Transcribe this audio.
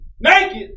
naked